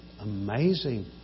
Amazing